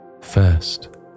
first